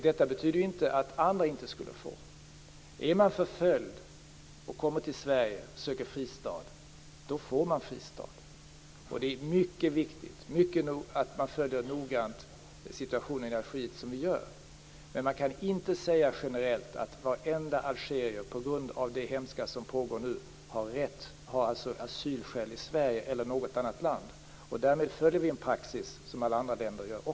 Detta betyder inte att andra inte skulle få asyl. Är man förföljd och kommer till Sverige och söker fristad får man fristad. Det är mycket viktigt att vi noggrant följer situationen i Algeriet, vilket vi gör, men man kan inte generellt säga att varenda algerier på grund av det hemska som nu pågår har asylskäl i Sverige eller något annat land. Därmed följer vi en praxis som alla andra länder följer.